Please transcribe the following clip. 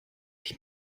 ich